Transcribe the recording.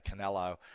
Canelo